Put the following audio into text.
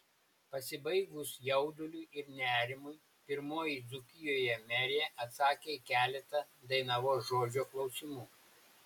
pasibaigus jauduliui ir nerimui pirmoji dzūkijoje merė atsakė į keletą dainavos žodžio klausimų